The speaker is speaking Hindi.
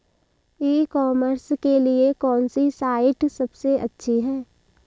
ई कॉमर्स के लिए कौनसी साइट सबसे अच्छी है?